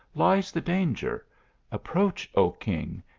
lies the danger approach, o king,